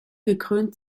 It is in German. gekrönt